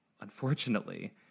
Unfortunately